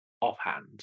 offhand